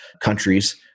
countries